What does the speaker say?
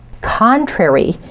contrary